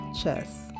chess